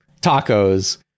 tacos